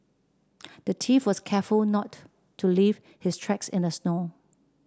the thief was careful not to leave his tracks in the snow